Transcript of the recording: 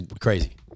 crazy